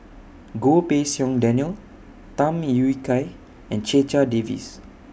Goh Pei Siong Daniel Tham Yui Kai and Checha Davies